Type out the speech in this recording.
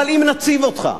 אבל אם נציב אותך